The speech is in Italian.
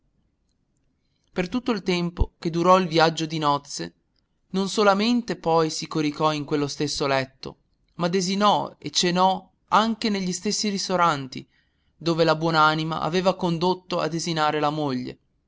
per tutto il tempo che durò il viaggio di nozze non solamente poi si coricò in quello stesso letto ma desinò e cenò anche negli stessi ristoranti dove la buon'anima aveva condotto a desinare la moglie